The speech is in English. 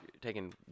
taking